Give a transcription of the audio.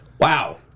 Wow